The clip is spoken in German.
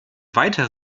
weiter